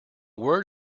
word